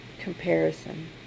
comparison